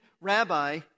rabbi